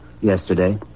Yesterday